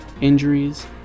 injuries